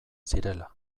zirela